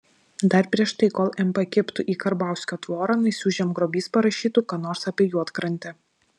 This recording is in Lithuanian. dar prieš tai kol mp kibtų į karbauskio tvorą naisių žemgrobys parašytų ką nors apie juodkrantę